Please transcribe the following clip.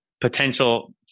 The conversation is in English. potential